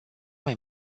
mai